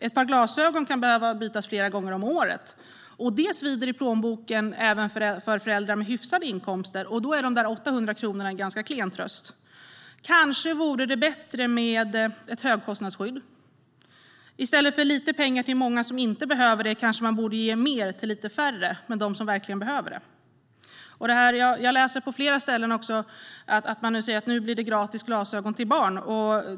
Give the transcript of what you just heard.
Ett par glasögon kan behöva bytas flera gånger om året. Det svider i plånboken även för föräldrar med hyfsade inkomster, och då är de där 800 kronorna en ganska klen tröst. Kanske vore det bättre med ett högkostnadsskydd? I stället för lite pengar till många som inte behöver kanske man borde ge mer till lite färre - till dem som verkligen behöver? Jag läser också på flera ställen att det nu blir gratis glasögon till barn.